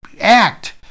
act